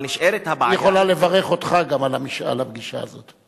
היא יכולה לברך אותך גם על הפגישה הזאת,